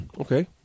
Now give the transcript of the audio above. okay